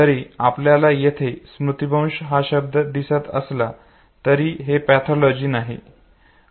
जरी आपल्याला येथे स्मृतिभ्रंश हा शब्द दिसत असला तरी हे पॅथॉलॉजी नाही बरोबर